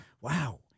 wow